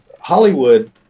Hollywood